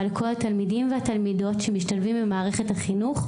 לכל התלמידים והתלמידות שמשתלבים במערכת החינוך,